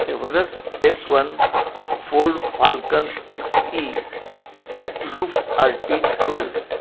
everest S one ford falcon X E roof R T twelve